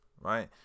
right